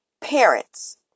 parents